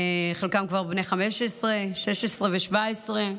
חלקם כבר בני 15, 16 ו-17,